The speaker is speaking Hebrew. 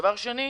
דבר שני,